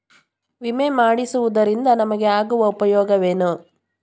ವಿಮೆ ಮಾಡಿಸುವುದರಿಂದ ನಮಗೆ ಆಗುವ ಉಪಯೋಗವೇನು?